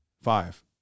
five